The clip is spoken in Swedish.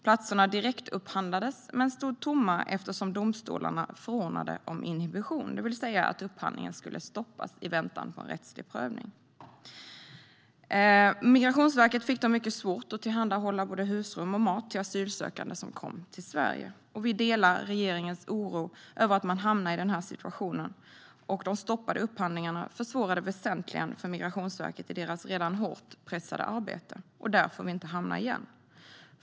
Platserna direktupphandlades men stod tomma eftersom domstolarna förordnade om inhibition, det vill säga att upphandlingen skulle stoppas i väntan på en rättslig prövning. Migrationsverket fick då mycket svårt att tillhandahålla både husrum och mat till asylsökande som kom till Sverige. Vi delar regeringens oro över att man hamnade i denna situation, och de stoppade upphandlingarna försvårade väsentligen för Migrationsverket i deras redan hårt pressade arbete. Där får vi inte hamna igen.